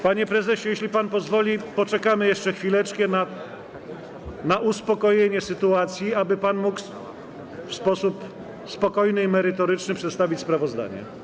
Panie prezesie, jeśli pan pozwoli, poczekamy jeszcze chwileczkę na uspokojenie sytuacji, aby pan mógł w sposób spokojny i merytoryczny przedstawić sprawozdanie.